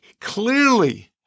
clearly